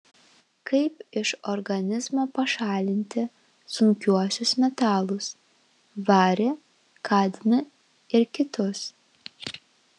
kaip iš organizmo pašalinti sunkiuosius metalus varį kadmį ir kitus